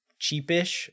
cheapish